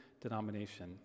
denomination